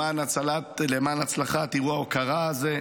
למען הצלחת אירוע ההוקרה הזה.